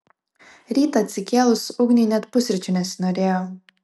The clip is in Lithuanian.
rytą atsikėlus ugniui net pusryčių nesinorėjo